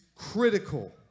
Critical